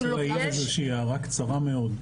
הערה קצרה מאוד.